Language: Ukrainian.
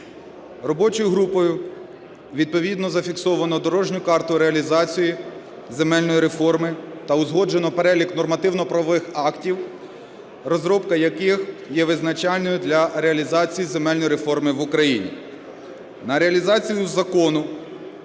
Робочою групою відповідно зафіксовано дорожню карту реалізації земельної реформи та узгоджено перелік нормативно-правових актів, розробка яких є визначальною для реалізації земельної реформи в Україні. На реалізацію закону